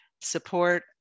support